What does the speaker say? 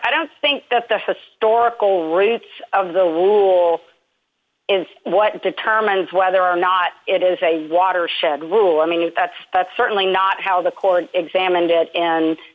i don't think that the historical roots of the rules is what determines whether or not it is a watershed ruling and that's certainly not how the court examined it and